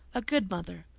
a good mother.